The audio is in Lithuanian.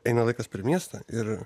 eina laikas per miestą ir